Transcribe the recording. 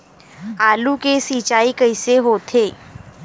आलू के सिंचाई कइसे होथे?